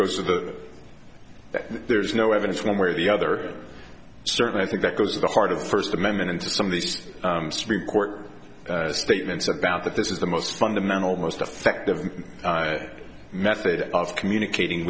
goes with that there's no evidence one way or the other certainly i think that goes to the heart of the first amendment and to some of these supreme court statements about that this is the most fundamental most effective method of communicating